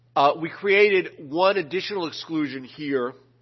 we created one additional exclusion here,